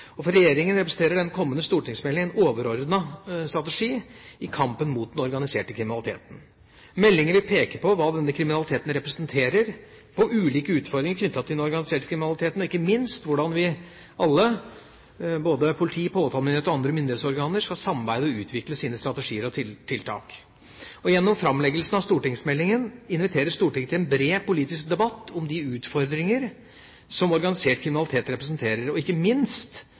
For regjeringa representerer den kommende stortingsmeldingen en overordnet strategi i kampen mot den organiserte kriminaliteten. Meldingen vil peke på hva denne kriminaliteten representerer, på ulike utfordringer knyttet til den organiserte kriminaliteten, og ikke minst på hvordan både politi, påtalemyndighet og andre myndighetsorganer skal samarbeide og utvikle sine strategier og tiltak. Gjennom framleggelsen av stortingsmeldingen inviteres Stortinget til en bred, politisk debatt om de utfordringer som organisert kriminalitet representerer, og ikke minst